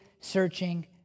searching